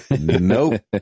Nope